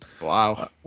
Wow